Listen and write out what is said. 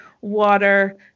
water